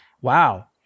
wow